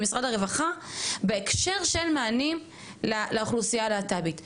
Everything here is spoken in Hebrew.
משרד הרווחה בהקשר של מענים לאוכלוסייה הלהט״בית.